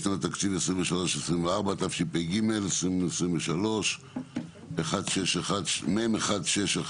לשנות התקציב 2023 ו-2024), התשפ"ג-2023, מ/1612.